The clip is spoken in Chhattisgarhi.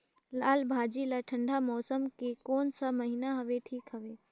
लालभाजी ला ठंडा मौसम के कोन सा महीन हवे ठीक हवे?